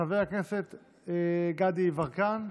חבר הכנסת גדי יברקן,